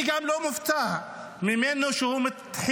אני גם לא מופתע ממנו שהוא מתחיל